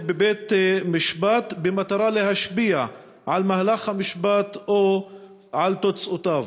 בבית-משפט במטרה להשפיע על מהלך המשפט או על תוצאותיו".